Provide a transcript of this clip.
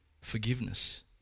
Forgiveness